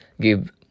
give